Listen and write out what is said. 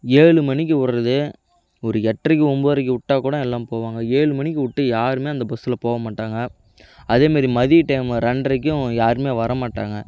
ஏழு மணிக்கு விட்றது ஒரு எட்டுரைக்கு ஒன்போதரைக்கு விட்டா கூட எல்லாம் போவாங்க ஏழு மணிக்கு விட்டு யாருமே அந்த பஸ்ஸில் போக மாட்டாங்க அதேமாரி மதிய டைமு ரெண்ட்ரைக்கும் யாருமே வர மாட்டாங்க